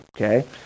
Okay